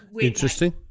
Interesting